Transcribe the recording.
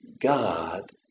God